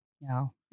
No